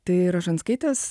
tai rožanskaitės